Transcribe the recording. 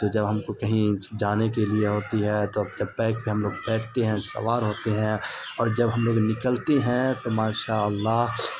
تو جب ہم کو کہیں جانے کے لیے ہوتی ہے تو جب بائک پہ ہم لوگ بیٹھتے ہیں سوار ہوتے ہیں اور جب ہم لوگ نکلتے ہیں تو ماشاء اللہ